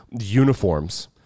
uniforms